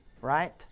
right